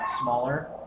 smaller